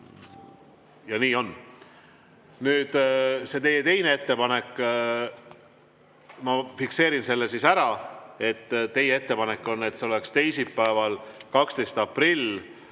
Ja nii on. Nüüd, see teie teine ettepanek. Ma fikseerin selle ära, et teie ettepanek on, et see oleks teisipäeval, 12. aprillil,